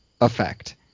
effect